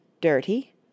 dirty